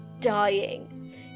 dying